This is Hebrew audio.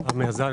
להתייחס?